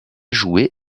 joué